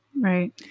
Right